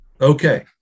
Okay